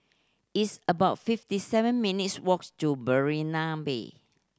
it's about fifty seven minutes' walks to Berrima Bay